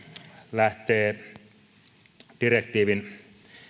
lähtee direktiivin